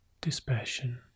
dispassion